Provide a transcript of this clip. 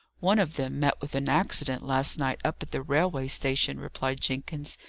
one of them met with an accident last night up at the railway-station, replied jenkins.